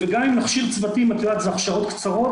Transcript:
וגם אם נכשיר צוותים, את יודעת, זה הכשרות קצרות,